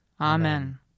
Amen